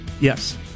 Yes